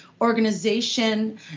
organization